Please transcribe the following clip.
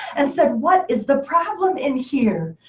and said what is the problem in here?